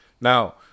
Now